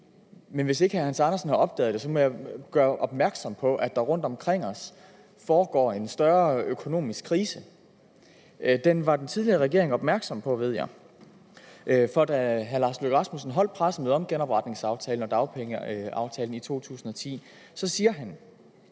Men hvis ikke hr. Hans Andersen har opdaget det, må jeg gøre opmærksom på, at der rundtomkring os er en større økonomisk krise. Den var den tidligere regering opmærksom på, ved jeg, for da hr. Lars Løkke Rasmussen holdt et pressemøde om genopretningsaftalen og dagpengeaftalen i 2010, sagde han: